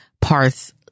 parts